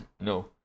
No